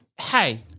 hey